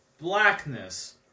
Blackness